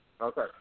Okay